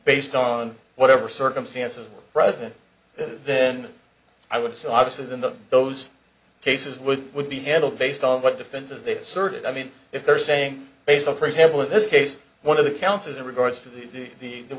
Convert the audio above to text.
based on whatever circumstances present then i would so i've seen them those cases would would be handled based on what defenses they serve it i mean if they're saying based on for example in this case one of the counts as a regards to the the